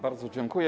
Bardzo dziękuję.